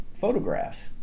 photographs